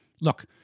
look